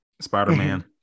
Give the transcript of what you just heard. Spider-Man